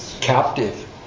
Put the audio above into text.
Captive